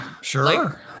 Sure